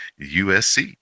usc